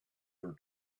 her